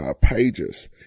pages